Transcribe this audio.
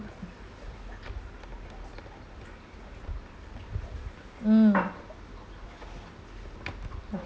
mm